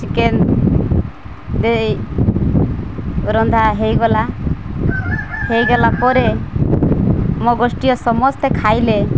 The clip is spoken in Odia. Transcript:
ଚିକେନ ଦେଇ ରନ୍ଧା ହେଇଗଲା ହେଇଗଲା ପରେ ମୋ ଗୋଷ୍ଠିଏ ସମସ୍ତେ ଖାଇଲେ